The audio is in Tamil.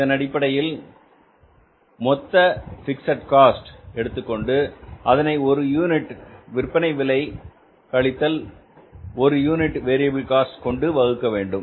இதனடிப்படையில் மொத்த பிக்ஸட் காஸ்ட் எடுத்துக்கொண்டு அதனை ஒரு யூனிட் விற்பனை விலை கழித்தல் ஒரு யூனிட் வேரியபில் காஸ்ட் கொண்டு வகுக்க வேண்டும்